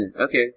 Okay